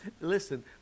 listen